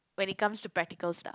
when it comes to practical stuff